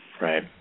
Right